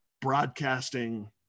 broadcasting